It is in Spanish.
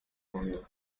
fondo